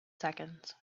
seconds